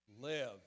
live